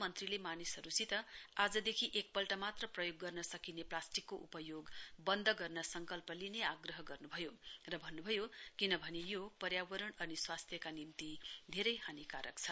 वहाँले मानिसहरूसित आजदेखि एक पल्ट मात्र प्रयोग गर्न सकिने प्लास्टिकको उपयोग बन्द गर्न सङ्कल्प लिने आग्रह गर्नु भयो र भन्नु भयो किनभने यो पर्यावरण अनि स्वास्थ्यका निम्ति धेरै हानीकारक छ